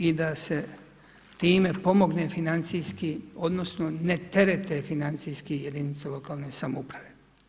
I da se tima pomogne financijski odnosno, ne terete financijski jedinica lokalne samouprave.